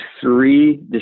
three